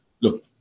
look